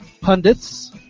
pundits